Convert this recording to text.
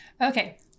Okay